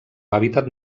hàbitat